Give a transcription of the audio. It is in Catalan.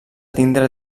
tindre